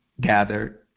gathered